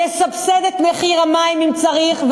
לסבסד את מחיר המים אם צריך,